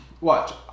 watch